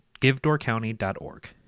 givedoorcounty.org